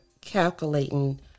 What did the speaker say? calculating